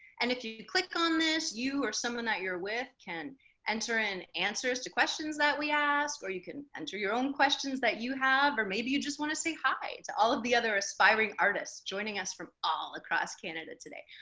and if you you click on this you or someone that you're with can enter in answers to questions that we asked, or you can enter your own questions that you have, or maybe you just want to say hi to all of the other aspiring artists joining us from all across canada today.